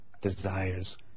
desires